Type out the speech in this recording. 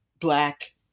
black